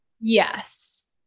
Yes